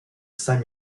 saint